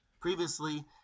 previously